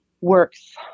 works